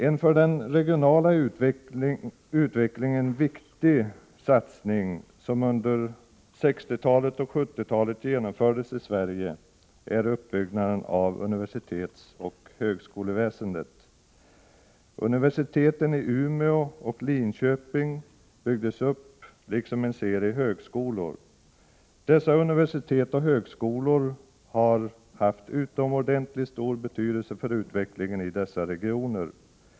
En för den regionala utvecklingen viktig satsning som under 1960-talet och 1970-talet genomfördes i Sverige är uppbyggnaden av universitetsoch högskoleväsendet. Universiteten i Umeå och Linköping byggdes upp liksom en serie högskolor. Dessa universitet och högskolor har haft utomordentligt stor betydelse för utvecklingen i sina regioner.